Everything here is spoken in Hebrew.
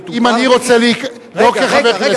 אם אני רוצה להיכנס לא כחבר כנסת,